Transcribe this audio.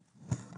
בבקשה.